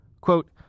Quote